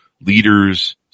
leaders